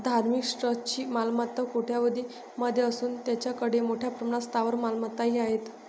धार्मिक ट्रस्टची मालमत्ता कोट्यवधीं मध्ये असून त्यांच्याकडे मोठ्या प्रमाणात स्थावर मालमत्ताही आहेत